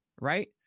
right